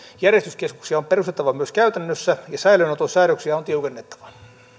järjestyskeskuksia on perustettava myös käytännössä ja säilöönoton säädöksiä on tiukennettava